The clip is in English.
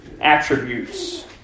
attributes